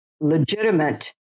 legitimate